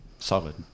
Solid